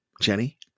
Jenny